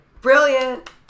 Brilliant